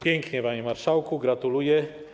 Pięknie, panie marszałku, gratuluję.